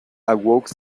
awoke